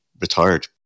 retired